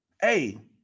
Hey